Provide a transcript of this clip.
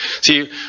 see